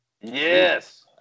Yes